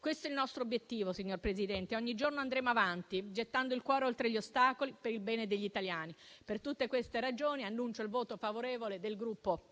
mondo, è il nostro obiettivo, signor Presidente e ogni giorno andremo avanti gettando il cuore oltre gli ostacoli per il bene degli italiani. Per tutte queste ragioni, annuncio il voto favorevole del Gruppo